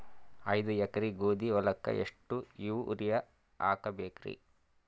ಐದ ಎಕರಿ ಗೋಧಿ ಹೊಲಕ್ಕ ಎಷ್ಟ ಯೂರಿಯಹಾಕಬೆಕ್ರಿ?